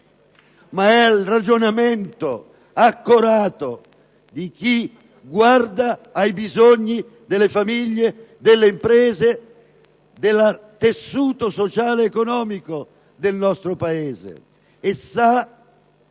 ma è il ragionamento accorato di chi guarda ai bisogni delle famiglie, delle imprese, del tessuto sociale ed economico del nostro Paese e sa